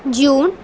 June